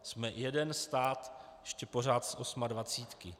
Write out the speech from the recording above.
Jsme jeden stát ještě pořád z osmadvacítky.